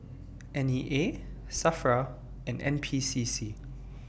N E A SAFRA and N P C C